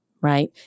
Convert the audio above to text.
right